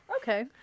Okay